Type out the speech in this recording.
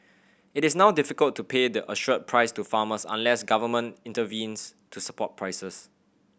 it is now difficult to pay the assured price to farmers unless government intervenes to support prices